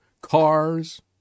cars